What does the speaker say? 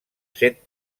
set